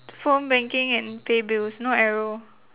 phone banking and pay bills no arrow